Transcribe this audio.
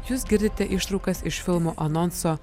jūs girdite ištraukas iš filmo anonso